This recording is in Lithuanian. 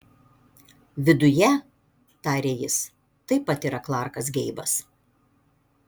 viduje tarė jis taip pat yra klarkas geibas